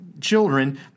children